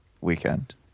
weekend